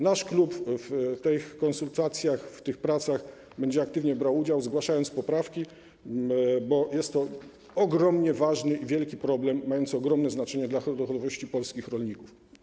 Nasz klub w tych konsultacjach, w tych pracach będzie aktywnie brał udział, zgłaszając poprawki, bo jest to ogromnie ważny i wielki problem mający ogromne znaczenie dla dochodów polskich rolników.